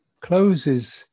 Closes